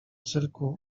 cyrku